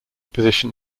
position